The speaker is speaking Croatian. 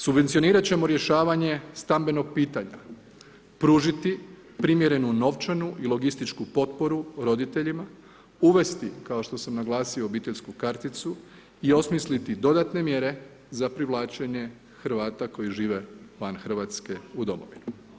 Subvencionirati ćemo rješavanje stambenog pitanja, pružiti primjerenu novčanu i logističku potporu roditeljima, uvesti, kao što sam naglasio obiteljsku karticu i osmisliti dodatne mjere za privlačenje Hrvata koji žive van Hrvatske u domovini.